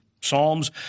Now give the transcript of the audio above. Psalms